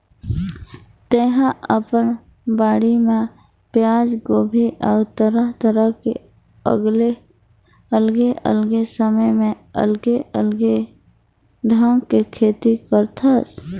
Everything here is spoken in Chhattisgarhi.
तेहा अपन बाड़ी म पियाज, गोभी अउ तरह तरह के अलगे अलगे समय म अलगे अलगे ढंग के खेती करथस